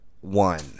one